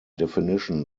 definition